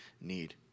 need